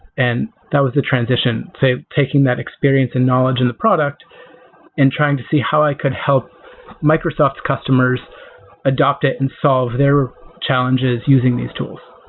and that was the transition. taking that experience and knowledge in the product and trying to see how i could help microsoft customers adopt it and solve their challenges using these tools.